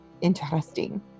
Interesting